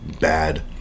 bad